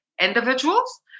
individuals